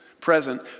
present